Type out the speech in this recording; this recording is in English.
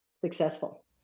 successful